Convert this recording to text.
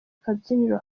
kabyiniro